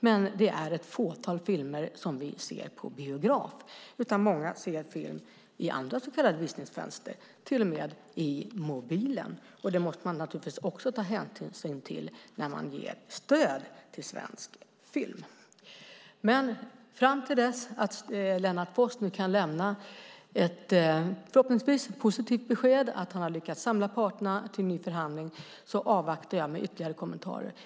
Men det är ett fåtal filmer som vi ser på biograf. Många ser film i andra så kallade visningsfönster och till och med i mobilen. Det måste man också ta hänsyn till när man ger stöd till svensk film. Fram till dess att Lennart Foss kan lämna ett förhoppningsvis positivt besked att han har lyckats samla parterna till ny förhandling avvaktar jag med ytterligare kommentarer.